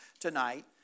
tonight